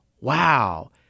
wow